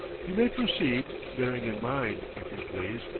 you may proceed, bearing in mind, if you please,